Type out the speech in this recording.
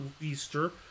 Easter